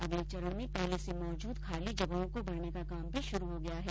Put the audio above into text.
अगले चरण में पहले से मौजूद खाली जगहों को भरने का काम भी शुरू हो गया है